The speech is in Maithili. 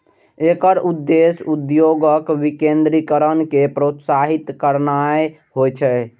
एकर उद्देश्य उद्योगक विकेंद्रीकरण कें प्रोत्साहित करनाय होइ छै